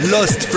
Lost